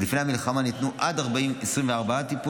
עד לפני המלחמה ניתנו עד 24 טיפולים,